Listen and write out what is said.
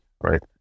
right